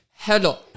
Hello